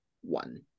one